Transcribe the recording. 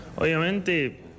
Obviamente